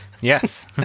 Yes